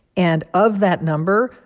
and of that number,